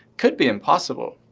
could be impossible.